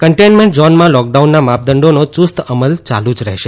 containment ઝોનમાં લૉકડાઉનના માપદંડીનો ચુસ્ત અમલ ચાલુ જ રહેશે